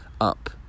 up